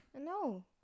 No